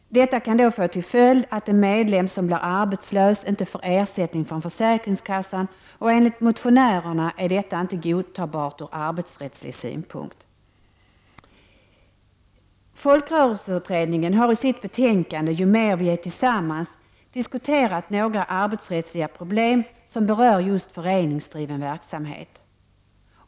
Detta kan få till följd att en medlem som blir arbetslös inte får ersättning från försäkringskassan, och enligt motionärerna är detta inte godtagbart ur arbetsrättslig synpunkt. Folkrörelseutredningen har i sitt betänkande ”Ju mer vi är tillsammans” diskuterat några arbetsrättsliga problem som berör just föreningsdriven verksamhet.